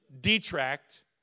detract